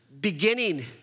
beginning